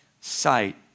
sight